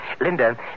Linda